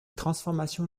transformations